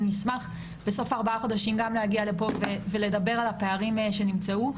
אשמח בסוף ארבעת החודשים גם להגיע לפה ולדבר על הפערים שנמצאו.